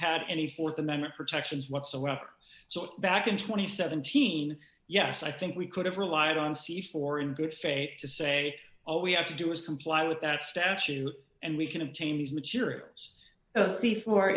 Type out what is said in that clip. had any th amendment protections whatsoever so back in two thousand and seventeen yes i think we could have relied on c four in good faith to say oh we have to do is comply with that statute and we can obtain these materials before